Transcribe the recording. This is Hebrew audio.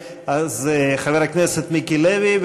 חבר הכנסת מיקי לוי,